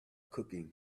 cooking